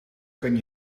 kan